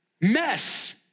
mess